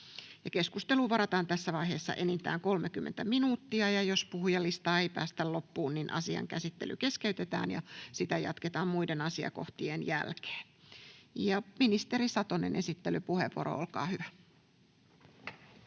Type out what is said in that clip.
Keskusteluun varataan tässä vaiheessa enintään 30 minuuttia, ja jos puhujalistassa ei päästä loppuun, asian käsittely keskeytetään ja sitä jatketaan muiden asiakohtien jälkeen. — Ministeri Satonen, esittelypuheenvuoro, olkaa hyvä.